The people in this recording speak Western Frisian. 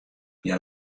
hja